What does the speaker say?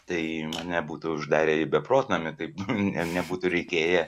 tai mane būtų uždarę į beprotnamį kaip ne nebūtų reikėję